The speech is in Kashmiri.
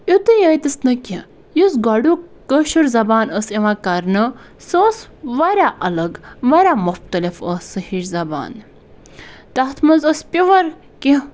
یُتُے یٲتِس نہٕ کیٚنٛہہ یُس گۄڈُک کٲشُر زَبان ٲس یِوان کَرنہٕ سُہ ٲس واریاہ اَلَگ واریاہ مُفتلِف ٲس سُہ ہِش زَبان تتھ مَنٛز ٲس پیُور کیٚنٛہہ